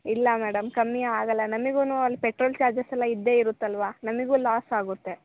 ಇಲ್ಲ ಮೇಡಮ್ ಕಮ್ಮಿ ಆಗೋಲ್ಲ ನಮಗು ಅಲ್ಲಿ ಪೆಟ್ರೋಲ್ ಚಾರ್ಜಸ್ಸೆಲ್ಲ ಇದ್ದೇ ಇರುತ್ತಲ್ಲವ ನಮಗು ಲಾಸ್ ಆಗುತ್ತೆ